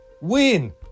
Win